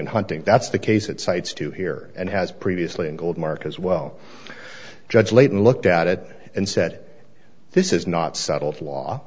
and hunting that's the case it cites to here and has previously in goldmark as well judge leighton looked at it and said this is not settled law